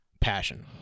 passion